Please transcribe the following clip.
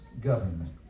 government